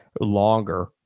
longer